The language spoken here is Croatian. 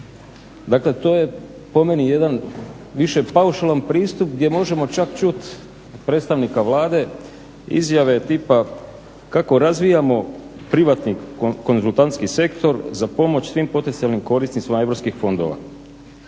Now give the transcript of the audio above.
Dakle, to je po meni jedan više paušalan pristup gdje možemo čak čuti predstavnika Vlade, izjave tipa kako razvijamo privatni konzultantski sektor za pomoć svim potencijalnim korisnicima EU fondova.